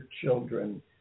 children